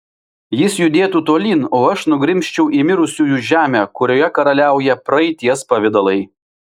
jis judėtų tolyn o aš nugrimzčiau į mirusiųjų žemę kurioje karaliauja praeities pavidalai